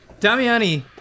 Damiani